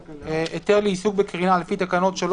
(43)היתר לעיסוק בקרינה לפי תקנות 3,